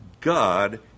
God